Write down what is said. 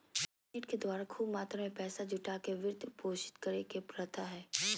internet के द्वारा खूब मात्रा में पैसा जुटा के वित्त पोषित करे के प्रथा हइ